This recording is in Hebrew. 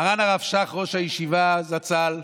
מרן הרב שך, ראש הישיבה זצ"ל,